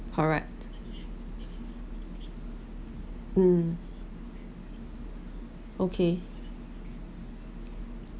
correct mm okay